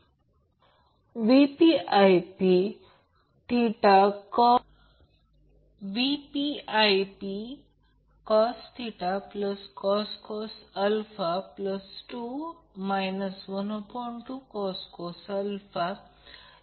आणि त्या बाबतीत मग येथे लाईन व्होल्टेज फेज व्होल्टेज